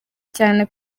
cyane